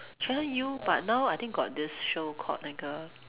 channel U but now I think got this show called 那个